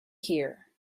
here